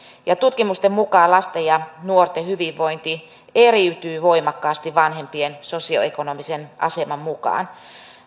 ja tutkimusten mukaan lasten ja nuorten hyvinvointi eriytyy voimakkaasti vanhempien sosioekonomisen aseman mukaan